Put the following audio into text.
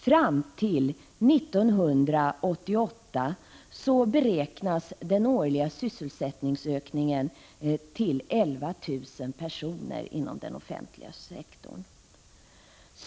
Fram till 1988 beräknas den årliga sysselsättningsökningen till 11 000 personer inom den offentliga sektorn.